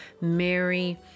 Mary